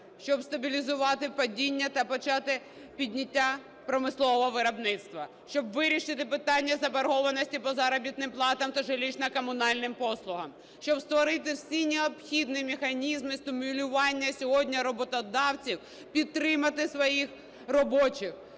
щоб стабілізувати падіння та почати підняття промислового виробництва, щоб вирішити питання заборгованості по заробітним платам та житлово-комунальним послугам, щоб створити всі необхідні механізми стимулювання сьогодні роботодавців підтримати своїх робочих,